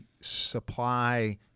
supply